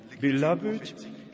Beloved